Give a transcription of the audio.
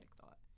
thought